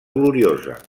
gloriosa